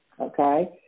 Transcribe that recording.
Okay